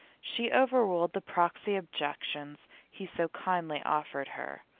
she over-ruled the proxy objections he so kindly offered her,